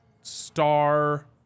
star